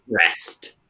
rest